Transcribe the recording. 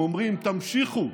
הם אומרים: תמשיכו,